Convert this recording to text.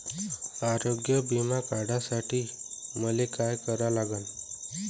आरोग्य बिमा काढासाठी मले काय करा लागन?